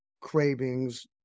cravings